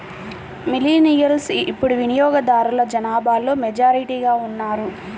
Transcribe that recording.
millennials ఇప్పుడు వినియోగదారుల జనాభాలో మెజారిటీగా ఉన్నారు